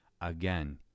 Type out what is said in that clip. again